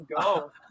go